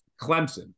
Clemson